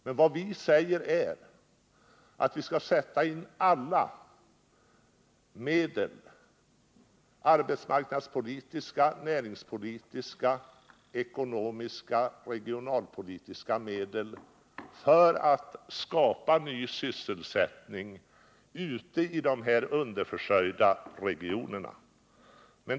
Men vad vi säger är att vi skall sätta in alla medel — arbetsmarknadspolitiska, näringspolitiska, regionalpolitiska — för att skapa ny sysselsättning i de underförsörjda regionerna.